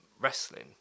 wrestling